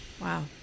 Wow